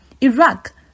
Iraq